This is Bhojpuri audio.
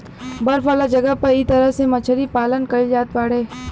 बर्फ वाला जगह पे इ तरह से मछरी पालन कईल जात बाड़े